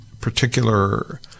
particular